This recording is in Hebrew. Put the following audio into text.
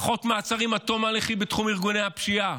פחות מעצרים עד תום ההליכים בתחום ארגוני הפשיעה,